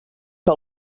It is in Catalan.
que